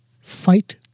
fight